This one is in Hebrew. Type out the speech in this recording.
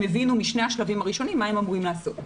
הבינו משני השלבים הראשונים מה הם אמורים לעשות.